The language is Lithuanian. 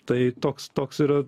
tai toks toks yra